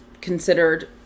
considered